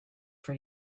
for